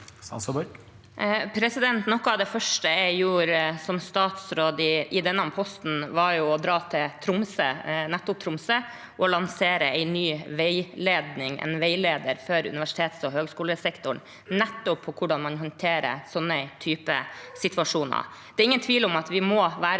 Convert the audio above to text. Noe av det første jeg gjorde som statsråd i denne posten, var å dra til nettopp Tromsø og lansere en ny veileder for universitetsog høyskolesektoren om hvordan man håndterer sånne typer situasjoner. Det er ingen tvil om at vi må være